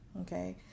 okay